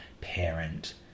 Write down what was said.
parent